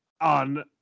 on